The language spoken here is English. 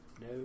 No